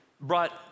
brought